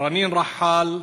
רנין רחאל,